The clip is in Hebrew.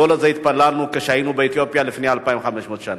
לא לזה התפללנו כשהיינו באתיופיה לפני 2,500 שנה.